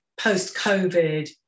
Post-COVID